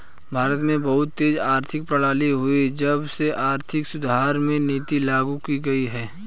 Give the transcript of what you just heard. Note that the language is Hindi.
भारत में बहुत तेज आर्थिक प्रगति हुई है जब से आर्थिक सुधार की नीति लागू की गयी है